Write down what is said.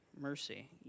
mercy